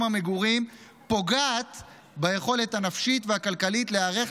המגורים פוגעות ביכולת הנפשית והכלכלית להיערך